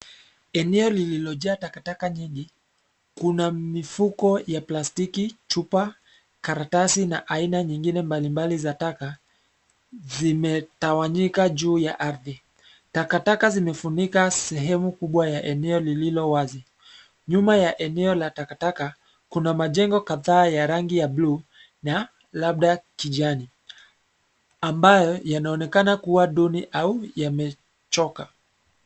Eneo lililojaa takataka nyingi kuna mifuko ya plastiki, chupa, karatasi na aina nyingine mbalimbali ya taka zimetawanyika juu ya ardhi. Takataka zimefunika sehemu kubwa ya eneo lililowazi. Nyuma ya eneo la takataka kuna majengo kadhaa ya rangi ya buluu na labda kijani ambao yanaonekana kuwa duni au yamechoka.